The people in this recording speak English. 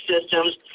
systems